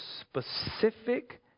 specific